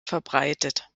verbreitet